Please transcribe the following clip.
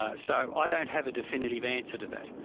ah so i don't have a definitive answer to that.